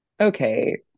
okay